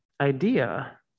idea